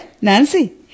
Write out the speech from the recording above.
Nancy